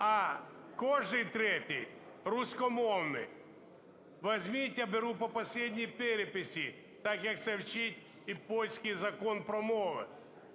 а кожний третій –руськомовний. Возьмите, я беру по последней переписи, так, як це вчить і польський Закон про мови,